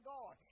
God